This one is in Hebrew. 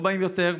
לא באים יותר,